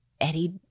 Eddie